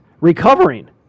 recovering